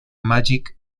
magic